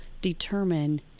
determine